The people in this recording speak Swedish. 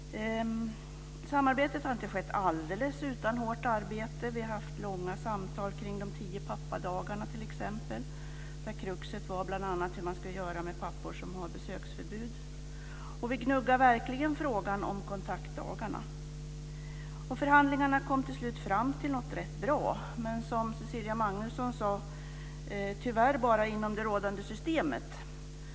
Samarbetet har inte skett alldeles utan hårt arbete. Vi har haft långa samtal t.ex. om de tio pappadagarna, där kruxet var bl.a. hur man ska göra med pappor som har besöksförbud. Vi gnuggade verkligen frågan om kontaktdagarna. I förhandlingarna kom vi till slut fram till något rätt bra men, som Cecilia Magnusson sade, tyvärr bara inom det rådande systemet.